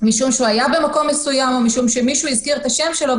משום שהוא היה במקום מסוים או משום שמישהו הזכיר את השם שלו,